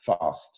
fast